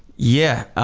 yeah.